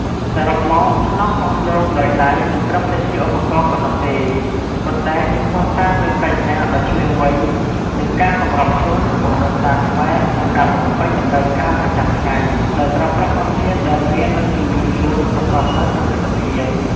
សរុបមក ខ្នោសកោសដូងដោយដៃមិនត្រឹមតែជាឧបករណ៍ប៉ុណ្ណោះទេ ប៉ុន្តែជាភស្តុតាងនៃប្រាជ្ញាដ៏ឈ្លាសវៃ និងការសម្របខ្លួនរបស់ដូនតាខ្មែរក្នុងការបំពេញតម្រូវការប្រចាំថ្ងៃ ដោយប្រើប្រាស់ធនធានដែលមាននៅជុំវិញខ្លួនប្រកបដោយប្រសិទ្ធភាព។